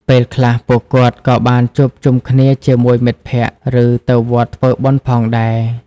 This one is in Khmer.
ពេលខ្លះពួកគាត់ក៏បានជួបជុំគ្នាជាមួយមិត្តភក្តិ ឬទៅវត្តធ្វើបុណ្យផងដែរ។